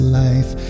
life